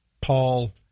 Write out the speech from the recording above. paul